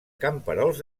camperols